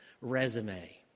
Resume